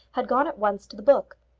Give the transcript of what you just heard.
had gone at once to the book.